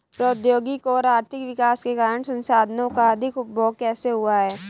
प्रौद्योगिक और आर्थिक विकास के कारण संसाधानों का अधिक उपभोग कैसे हुआ है?